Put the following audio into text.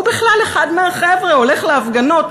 הוא בכלל אחד מהחבר'ה: הולך להפגנות,